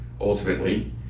ultimately